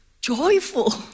joyful